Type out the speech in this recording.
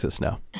now